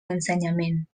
l’ensenyament